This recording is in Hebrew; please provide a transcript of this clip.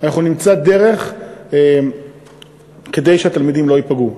אנחנו נמצא דרך כדי שהתלמידים לא ייפגעו.